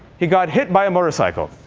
he got hit by a motorcycle.